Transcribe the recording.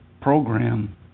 program